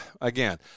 Again